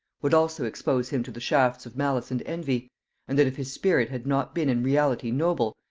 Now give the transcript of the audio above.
would also expose him to the shafts of malice and envy and that if his spirit had not been in reality noble,